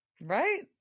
right